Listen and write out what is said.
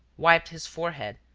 wiped his forehead,